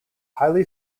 highly